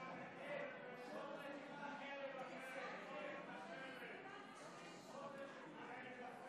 להלן תוצאות ההצבעה על הצעת החוק של חבר הכנסת